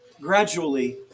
gradually